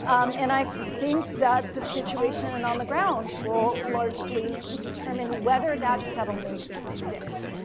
um and i think that the situation and on the ground will largely determine whether that settlement sticks.